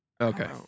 okay